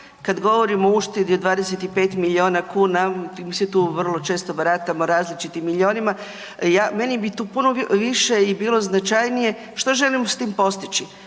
kad govorimo o uštedi od 25 milijuna kuna, .../Govornik se ne razumije./... tu vrlo često baratamo različitim milijunima, ja, meni bi tu puno više i bilo značajnije što želimo s tim postići,